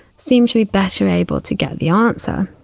seem to be better able to get the answer.